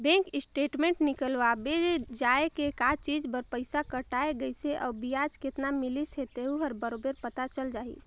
bank statement निकलवाबे जाये के का चीच बर पइसा कटाय गइसे अउ बियाज केतना मिलिस हे तेहू हर बरोबर पता चल जाही